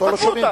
חטפו.